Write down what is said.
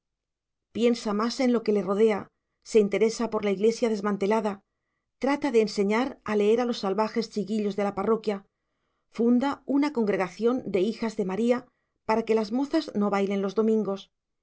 piensa más en lo que le rodea se interesa por la iglesia desmantelada trata de enseñar a leer a los salvajes chiquillos de la parroquia funda una congregación de hijas de maría para que las mozas no bailen los domingos